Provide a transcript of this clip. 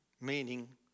meaning